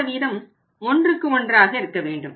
இந்த வீதம் 11 ஆக இருக்க வேண்டும்